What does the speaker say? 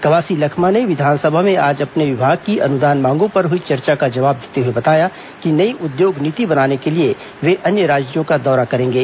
कवासी लखमा ने विधानसभा में आज अपने विभाग की अनुदान मांगों पर हई चर्चा का जवाब देते हुए बताया कि नई उद्योग नीति बनाने के लिए वे अन्य राज्यों का दौरा करेंगे